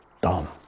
dumb